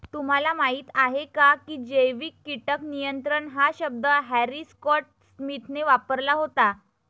तुम्हाला माहीत आहे का की जैविक कीटक नियंत्रण हा शब्द हॅरी स्कॉट स्मिथने वापरला होता?